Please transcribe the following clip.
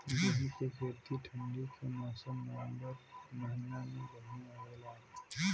गेहूँ के खेती ठंण्डी के मौसम नवम्बर महीना में बढ़ियां होला?